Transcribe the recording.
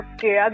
Okay